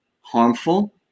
harmful